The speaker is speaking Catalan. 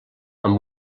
amb